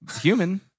human